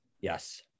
Yes